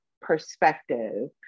perspective